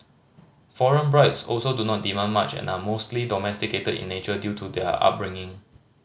foreign brides also do not demand much and are mostly domesticated in nature due to their upbringing